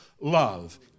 Love